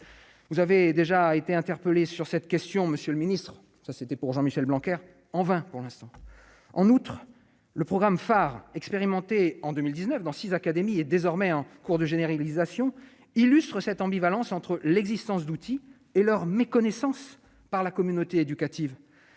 vous avez déjà été interpellé sur cette question, monsieur le ministre, ça c'était pour Jean-Michel Blanquer en vain pour l'instant, en outre, le programme phare expérimenté en 2019 dans 6 académies et désormais en cours de généralisation illustrent cette ambivalence entre l'existence d'outils et leur méconnaissance par la communauté éducative,